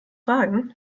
fragen